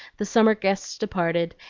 the summer guests departed,